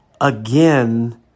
again